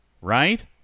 right